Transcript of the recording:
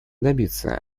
добиться